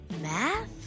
math